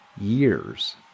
years